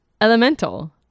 Elemental